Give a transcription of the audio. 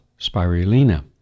spirulina